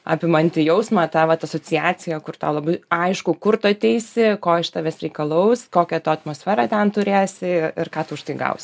apimantį jausmą tą vat asociaciją kur tau labai aišku kur tu ateisi ko iš tavęs reikalaus kokią to atmosferą ten turėsi ir ką už tai gausi